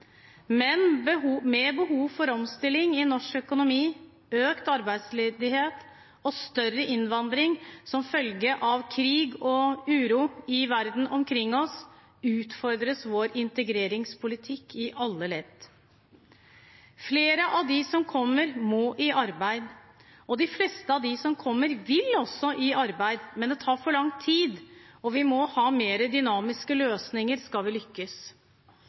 Men med behov for omstilling i norsk økonomi, økt arbeidsledighet og større innvandring som følge av krig og uro i verden omkring oss utfordres vår integreringspolitikk i alle ledd. Flere av dem som kommer, må i arbeid, og de fleste av dem som kommer, vil også i arbeid, men det tar for lang tid, og vi må ha mer dynamiske løsninger skal vi lykkes.